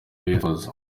bifuza